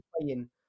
playing